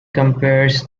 compares